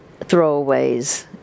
throwaways